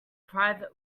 private